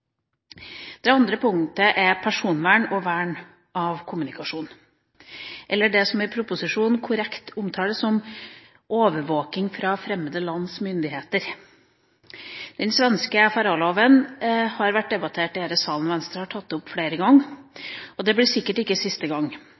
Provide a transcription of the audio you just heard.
Det andre punktet er personvern og vern av kommunikasjon – eller det som i proposisjonen korrekt omtales som «overvåking fra fremmede lands myndigheter». Den svenske FRA-loven har vært debattert i denne salen. Venstre har tatt det opp flere ganger – og det blir sikkert ikke siste